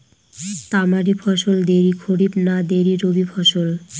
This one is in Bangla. তামারি ফসল দেরী খরিফ না দেরী রবি ফসল?